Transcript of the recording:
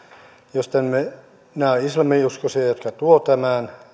jos nämä ovat islaminuskoisia jotka tuovat tämän